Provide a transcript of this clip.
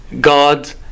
God